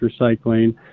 recycling